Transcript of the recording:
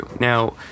Now